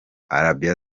arabie